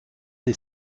des